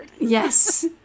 yes